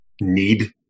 need